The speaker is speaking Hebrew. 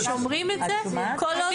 --- שומרים את זה כל עוד אין הוראה אחרת.